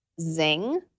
zing